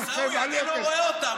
עיסאווי, אתה לא רואה אותם.